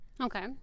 Okay